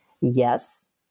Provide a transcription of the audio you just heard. yes